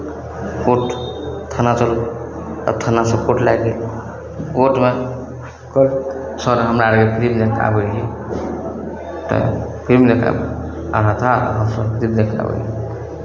court थाना चलो अब थानासँ कोट लए गेल कोटमे कोइ सर हमरा आरके फिलिम देखि कऽ आबै रहियै तऽ फिलिम देखि कऽ आ रहा था हमसभ फिलिम देखि कऽ आबै रहियै